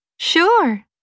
Sure